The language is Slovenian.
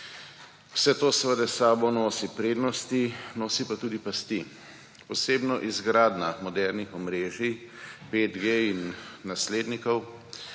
Vse to seveda s seboj nosi prednosti, nosi pa tudi pasti. Posebno izgradnja modernih omrežij 5G in naslednikov